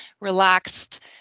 relaxed